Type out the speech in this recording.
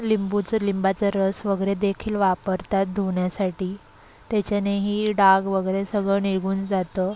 लिंबूचं लिंबाचं रस वगैरे देखील वापरतात धुण्यासाठी त्याच्यानेही डाग वगैरे सगळं निघून जातं